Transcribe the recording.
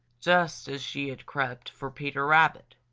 just as she had crept for peter rabbit.